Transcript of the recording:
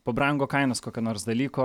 pabrango kainos kokio nors dalyko